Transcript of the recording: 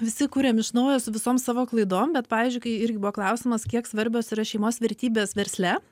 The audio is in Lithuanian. visi kuriam iš naujo su visom savo klaidom bet pavyzdžiui kai irgi buvo klausimas kiek svarbios yra šeimos vertybės versle